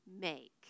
make